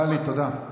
טלי, תודה.